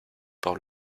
par